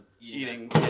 eating